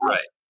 Right